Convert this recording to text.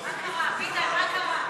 הציוני לסעיף 1 לא נתקבלה.